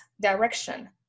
direction